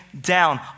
down